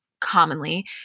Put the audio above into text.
Commonly